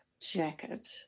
jacket